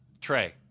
Trey